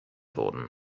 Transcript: wurden